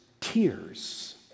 tears